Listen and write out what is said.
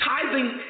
Tithing